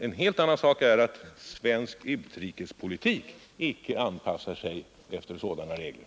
En helt annan sak är att svensk utrikespolitik icke anpassar sig efter sådana regler.